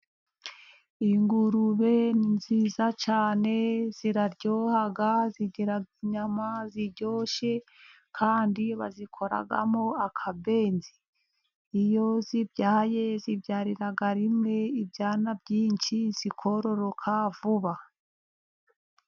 Ingurube ni nziza cyane ziraryoha , zigira inyama ziryoshye kandi bazikoramo akabenzi , iyo zibyaye zibyarira rimwe ibyana byinshi , zikororoka vuba.